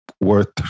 worth